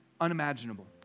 unimaginable